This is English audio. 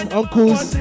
uncles